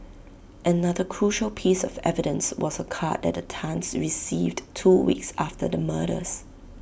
another crucial piece of evidence was A card that the Tans received two weeks after the murders